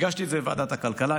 הגשתי את זה לוועדת הכלכלה.